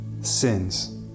sins